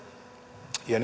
ja